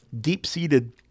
deep-seated